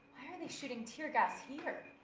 are they shooting tear gas here?